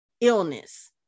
illness